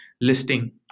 listing